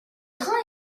train